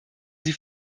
sie